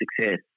success